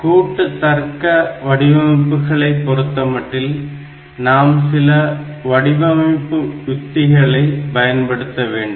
கூட்டு தர்க்க வடிவமைப்புகளை பொறுத்தமட்டில் நாம் சில வடிவமைப்பு உத்திகளை பயன்படுத்த வேண்டும்